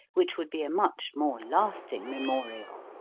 which would be a much more lasting memorial.